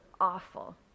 awful